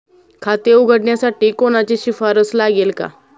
खाते उघडण्यासाठी कोणाची शिफारस लागेल का?